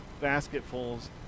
basketfuls